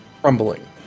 Crumbling